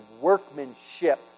workmanship